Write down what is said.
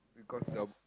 because doubt